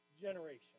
generation